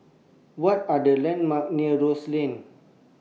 What Are The landmarks near Rose Lane